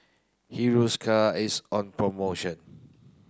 Hiruscar is on promotion